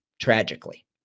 tragically